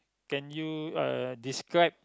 can you uh describe